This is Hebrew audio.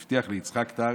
הוא הבטיח ליצחק את הארץ,